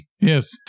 Yes